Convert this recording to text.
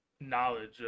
knowledge